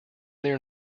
their